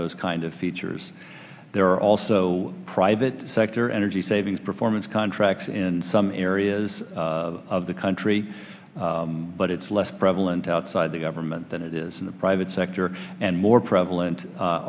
those kind of features there are also private sector energy savings performance contracts in some areas of the country but it's less prevalent outside the government than it is in the private sector and more prevalent